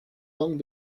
long